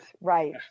right